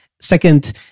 Second